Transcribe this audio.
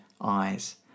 eyes